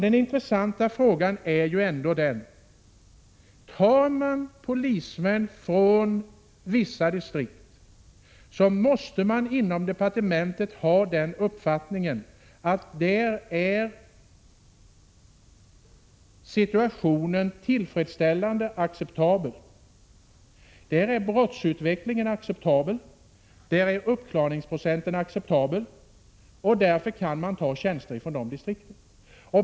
Den intressanta frågan är ändå: Om man tar polismän från vissa distrikt, måste man inom departementet ha den uppfattningen att situationen där är tillfredsställande och acceptabel, att brottsutvecklingen är acceptabel, att uppklarningsprocenten är acceptabel och att man därför kan ta tjänster från de distrikten.